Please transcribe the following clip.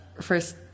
first